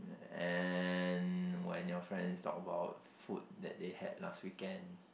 and when your friends talk about food that they had last weekend